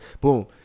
Boom